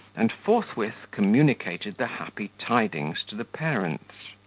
and forthwith communicated the happy tidings to the parents.